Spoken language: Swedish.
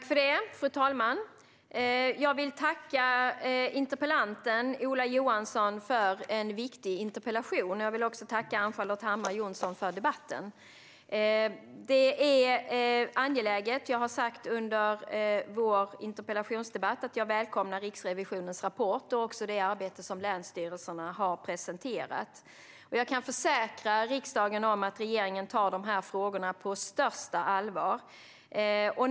Fru talman! Jag vill tacka interpellanten Ola Johansson för en viktig interpellation. Jag vill också tacka Ann-Charlotte Hammar Johnsson för debatten. Detta är angeläget. Jag har sagt under vår interpellationsdebatt att jag välkomnar Riksrevisionens rapport och det arbete som länsstyrelserna har presenterat, och jag kan försäkra riksdagen om att regeringen tar de här frågorna på största allvar.